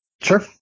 Sure